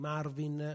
Marvin